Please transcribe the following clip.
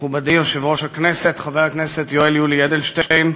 מכובדי יושב-ראש הכנסת חבר הכנסת יולי יואל אדלשטיין,